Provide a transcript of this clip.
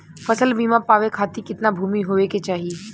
फ़सल बीमा पावे खाती कितना भूमि होवे के चाही?